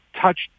touched